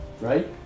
Right